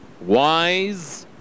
wise